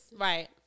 Right